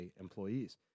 employees